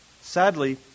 Sadly